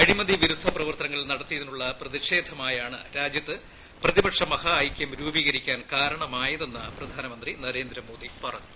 അഴിമതി വിരുദ്ധ പ്രവർത്തനങ്ങൾ നടത്തിയതിനുള്ള പ്രതിഷേ ധമായാണ് രാജ്യത്ത് പ്രതിപക്ഷ മഹാ ഐക്യം രൂപീകരിക്കാൻ കാരണമായതെന്ന് പ്രധാനമന്ത്രി നരേന്ദ്രമോദി പറഞ്ഞു